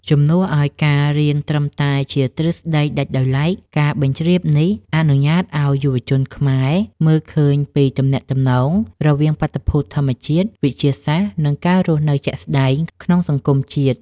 ជំនួសឱ្យការរៀនត្រឹមតែជាទ្រឹស្ដីដាច់ដោយឡែក ការបញ្ជ្រាបនេះអនុញ្ញាតឱ្យយុវជនខ្មែរមើលឃើញពីទំនាក់ទំនងរវាងបាតុភូតធម្មជាតិ វិទ្យាសាស្ត្រ និងការរស់នៅជាក់ស្ដែងក្នុងសង្គមជាតិ។